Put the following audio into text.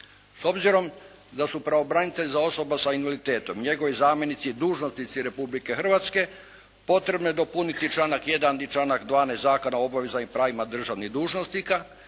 S obzirom da su pravobranitelji za osobe sa invaliditetom, njegovi zamjenici dužnosnici Republike Hrvatske potrebno je dopuniti članak 1. i članak 12. Zakona o obvezama i pravima državnih dužnosnika